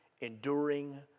enduring